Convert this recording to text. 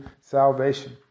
salvation